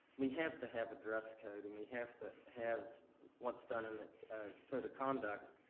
we have to have a dress code and we have to have what's done in the code of conduct,